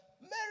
Mary